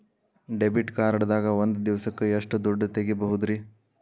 Debit card ದಾಗ ಒಂದ್ ದಿವಸಕ್ಕ ಎಷ್ಟು ದುಡ್ಡ ತೆಗಿಬಹುದ್ರಿ?